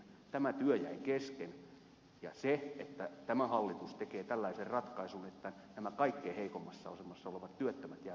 tämä työ jäi kesken ja se että tämä hallitus tekee tällaisen ratkaisun että nämä kaikkein heikoimmassa asemassa olevat työttömät jäävät edelleen omaan asemaansa on arvovalinta